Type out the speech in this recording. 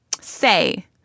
say